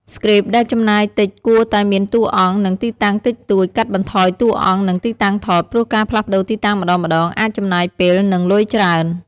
ស្គ្រីបដែលចំណាយតិចគួរតែមានតួអង្គ និងទីតាំងតិចតួច កាត់បន្ថយតួអង្គនិងទីតាំងថត ព្រោះការផ្លាស់ប្តូរទីតាំងម្តងៗអាចចំណាយពេល និងលុយច្រើន។